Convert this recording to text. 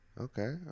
Okay